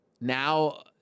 now